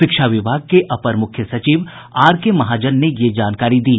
शिक्षा विभाग के अपर मुख्य सचिव आरके महाजन ने यह जानकारी दी